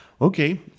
Okay